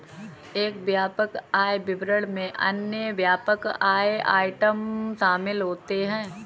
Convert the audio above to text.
एक व्यापक आय विवरण में अन्य व्यापक आय आइटम शामिल होते हैं